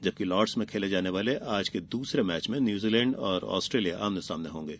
जबकी लॉर्डस में खेले जाने वाले दूसरे मैच में न्यूजीलैंड और ऑस्ट्रेलिया आमने सामने होंगे